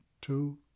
two